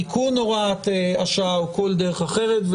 תיקון הוראה השעה או כל דרך אחרת.